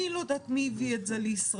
אני לא יודעת מי הביא את זה לישראל.